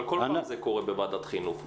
אבל כל פעם זה קורה בוועדת החינוך.